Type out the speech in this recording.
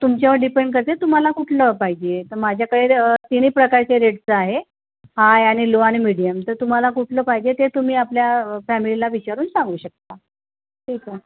तुमच्यावर डिपेंड करते तुम्हाला कुठलं पाहिजे तर माझ्याकडे तिन्ही प्रकारचे रेटचं आहे हाय आणि लो आणि मिडियम तर तुम्हाला कुठलं पाहिजे ते तुम्ही आपल्या फॅमिलीला विचारून सांगू शकता ठीक आहे